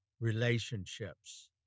relationships